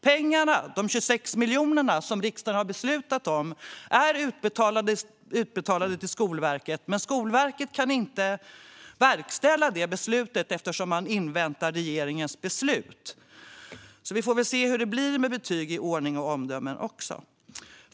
Pengarna, de 26 miljoner som riksdagen har beslutat om, är utbetalda till Skolverket, men Skolverket kan inte verkställa det beslutet eftersom man inväntar regeringens beslut. Så vi får väl se hur det blir med omdömena i ordning och uppförande.